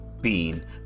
bean